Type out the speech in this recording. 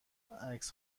عکس